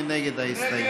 מי נגד ההסתייגות?